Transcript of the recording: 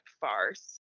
farce